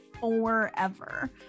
forever